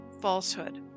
falsehood